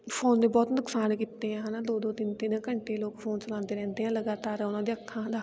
phone ਦੇ ਬਹੁਤ ਨੁਕਸਾਨ ਕੀਤੇ ਆ ਹੈ ਨਾ ਦੋ ਦੋ ਤਿੰਨ ਤਿੰਨ ਘੰਟੇ ਲੋਕ ਫੋਨ ਚਲਾਉਂਦੇ ਰਹਿੰਦੇ ਆ ਲਗਾਤਾਰ ਉਹਨਾਂ ਦੀਆਂ ਅੱਖਾਂ ਦਾ